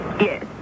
Yes